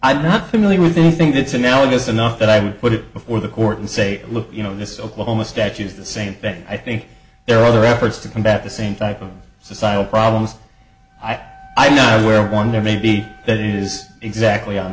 i'm not familiar with anything that's analogous enough that i would put it before the court and say look you know this oklahoma statues the same thing i think there are other efforts to combat the same type of societal problems i know where one there may be that is exactly on